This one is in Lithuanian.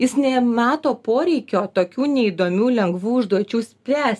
jis nemato poreikio tokių neįdomių lengvų užduočių spręst